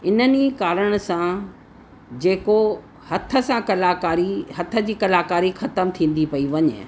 इन्हीअ कारण सां जेको हथ सां कलाकारी हथ जी कलाकारी ख़तमु थींदी पेई वञे